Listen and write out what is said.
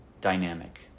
dynamic